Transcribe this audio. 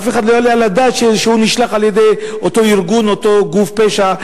ואף אחד לא יעלה על דעתו שהוא נשלח על-ידי אותו ארגון או אותו גוף פשע.